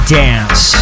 dance